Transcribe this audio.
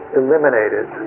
eliminated